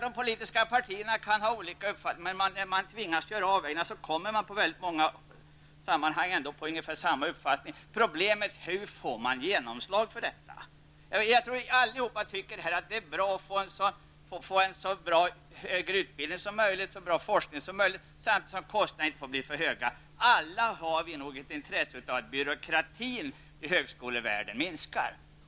De politiska partierna kan ha olika uppfattning, men när man tvingas göra avvägningar kommer man i många sammanhang fram till samma uppfattning. Problemet är hur man får genomslag för detta. Jag tror att vi alla vill ha så god högre utbildning och så god forskning som möjligt. Men samtidigt får kostnaderna inte bli hur stora som helst. Alla har nog ett intresse av att byråkratin inom högskolevärlden minskar.